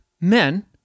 men